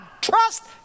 Trust